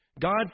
God